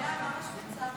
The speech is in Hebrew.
ממש קצר.